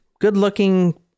good-looking